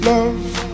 Love